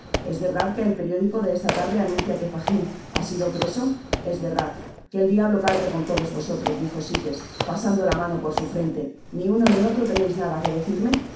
es verdad que el periódico de esa tarde anuncia que fagln ha sido preso es verdad qué el diablo cargue con todos vosotros dijo sikes pa sando la mano por su frente ni uno i i olro teneis nada que decirme